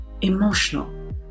emotional